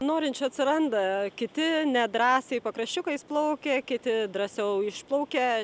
norinčių atsiranda kiti nedrąsiai pakraščiukais plaukia kiti drąsiau išplaukia